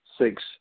Six